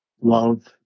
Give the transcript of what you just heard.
love